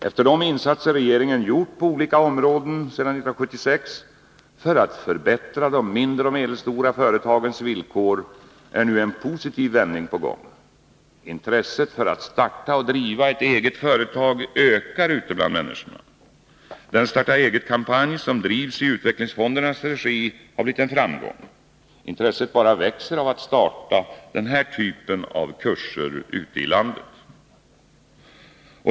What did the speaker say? Efter de insatser regeringen gjort på olika områden sedan 1976 för att förbättra de mindre och medelstora företagens villkor, är nu en positiv vändning på gång. Intresset för att starta och driva ett eget företag ökar ute bland människor. Den starta-eget-kampanj som drivs i utvecklingsfondernas regi har blivit en framgång. Intresset bara växer av att starta den här typen av kurser i landet.